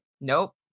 Nope